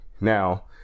now